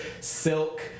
Silk